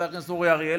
חבר הכנסת אורי אריאל,